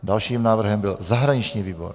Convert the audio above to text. Dalším návrhem byl zahraniční výbor.